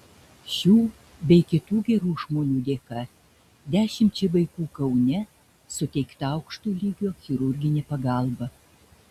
šių bei kitų gerų žmonių dėka dešimčiai vaikų kaune suteikta aukšto lygio chirurginė pagalba